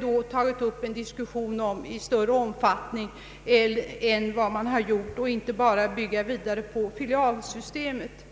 borde tagit upp en diskussion om detta i större omfattning i stället för att bara bygga vidare på filialsystemet.